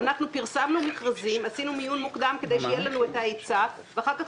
אנחנו פרסמנו מכרזים ועשינו מיון מוקדם כדי ליצור היצע ואחר כך